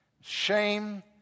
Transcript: Shame